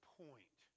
point